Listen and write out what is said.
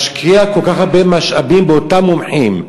משקיעה כל כך הרבה משאבים באותם מומחים,